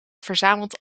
verzamelt